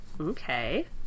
Okay